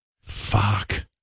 Fuck